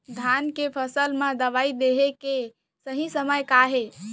धान के फसल मा दवई देहे के सही समय का हे?